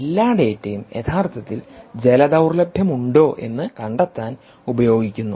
എല്ലാ ഡാറ്റയും യഥാർത്ഥത്തിൽ ജല ദൌർലഭ്യമുണ്ടോ എന്ന് കണ്ടെത്താൻ ഉപയോഗിക്കുന്നു